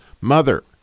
mother